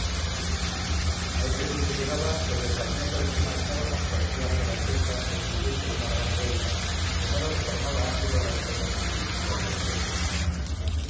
a este punto llegaba cuando el camino por que marchábamos torció hacia la derecha describiendo una gran vuelta de modo que formaba ángulo recto con su primitiva dirección